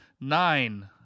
nine